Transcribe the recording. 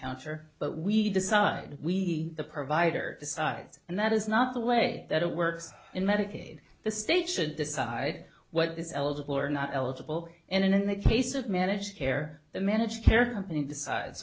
counter but we decide we the provider decides and that is not the way that it works in medicaid the state should decide what is eligible or not eligible and then in the case of managed care the managed care company decides